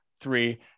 three